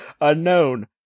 unknown